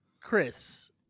Chris